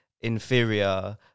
inferior